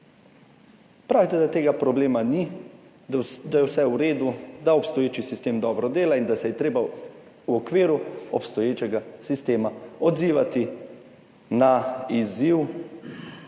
pravite, da tega problema ni, da je vse v redu, da obstoječi sistem dobro dela, in da se je treba v okviru obstoječega sistema odzivati na izziv